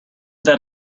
that